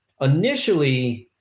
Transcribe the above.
initially